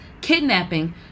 Kidnapping